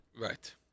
Right